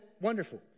wonderful